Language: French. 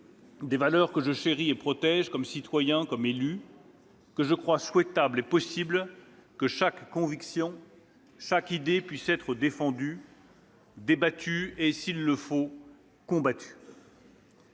des valeurs que je chéris et protège comme citoyenne et comme élue, que je crois souhaitable et possible que chaque conviction ou chaque idée puisse être défendue, débattue et, s'il le faut, combattue.